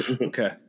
Okay